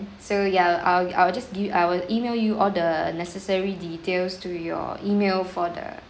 so ya I'll I'll just give I will email you all the necessary details to your email for the